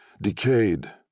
decayed